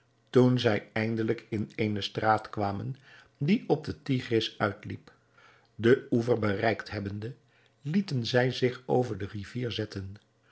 toen zij eindelijk in eene straat kwamen die op den tigris uitliep den oever bereikt hebbende lieten zij zich over de rivier zetten